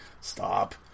stop